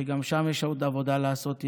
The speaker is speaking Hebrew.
וגם שם יש עוד עבודה לעשות,